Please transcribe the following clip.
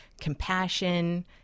compassion